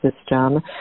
system